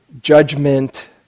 judgment